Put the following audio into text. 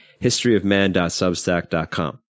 historyofman.substack.com